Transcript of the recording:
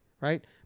right